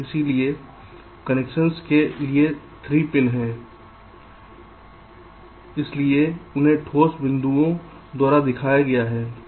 इसलिए इंटरकनेक्शन के लिए 3 पिन हैं इसलिए इन्हें ठोस बिंदुओं द्वारा दिखाया गया है